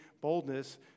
boldness